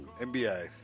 NBA